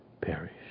perish